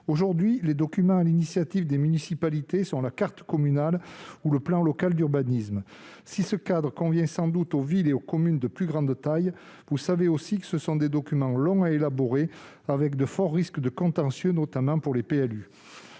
Aujourd'hui, les documents à l'initiative des municipalités sont la carte communale ou le plan local d'urbanisme. Si ce cadre convient sans doute aux villes et aux communes de plus grande taille, vous savez aussi que ce sont des documents longs à élaborer et avec de forts risques de contentieux, notamment pour les PLU.